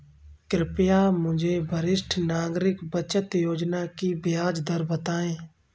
कृपया मुझे वरिष्ठ नागरिक बचत योजना की ब्याज दर बताएं?